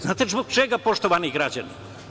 Znate li zbog čega, poštovani građani?